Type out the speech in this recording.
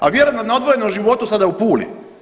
A vjerojatno je na odvojenom životu sada u Puli.